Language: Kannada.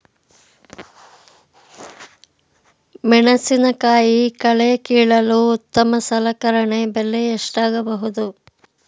ಮೆಣಸಿನಕಾಯಿ ಕಳೆ ಕೀಳಲು ಉತ್ತಮ ಸಲಕರಣೆ ಬೆಲೆ ಎಷ್ಟಾಗಬಹುದು?